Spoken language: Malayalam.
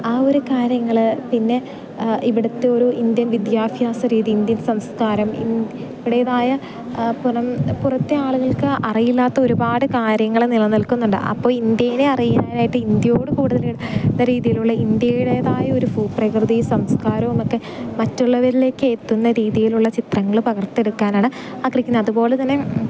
ആ ഒരു കാര്യങ്ങള് പിന്നെ ഇവിടുത്തെ ഒരു ഇന്ത്യൻ വിദ്യാഭ്യാസ രീതി ഇന്ത്യൻ സംസ്കാരം ഇവിടേതായ പുറം പുറത്തെ ആളുകൾക്ക് അറിയില്ലാത്ത ഒരുപാട് കാര്യങ്ങള് നിലനിൽക്കുന്നുണ്ട് അപ്പോൾ ഇന്ത്യയിലെ അറിയാനായിട്ട് ഇന്ത്യയോട് കൂടുതൽ അടുക്കുന്ന രീതിയിലുള്ള ഇന്ത്യടേതായ ഒരു ഭൂപ്രകൃതി സംസ്കാരവുമൊക്കെ മറ്റുള്ളവരിലേക്ക് എത്തുന്ന രീതിയിലുള്ള ചിത്രങ്ങള് പകർത്തെടുക്കാനാണ് ആഗ്രഹിക്കുന്നത് അതുപോലെ തന്നെ